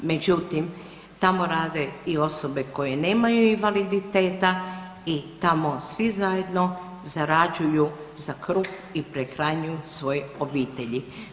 Međutim, tamo rade i osobe koje nemaju invaliditeta i tamo svi zajedno zarađuju za kruh i prehranjuju svoje obitelji.